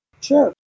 Sure